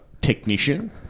technician